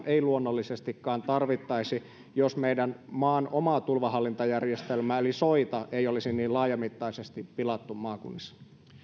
ei luonnollisestikaan tarvittaisi jos meidän maan omaa tulvanhallintajärjestelmää eli soita ei olisi niin laajamittaisesti pilattu maakunnissa